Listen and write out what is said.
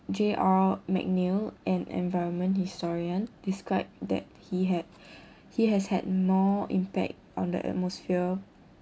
j r mcneill an environment historian described that he had he has had more impact on the atmosphere